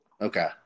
Okay